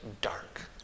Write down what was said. dark